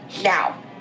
Now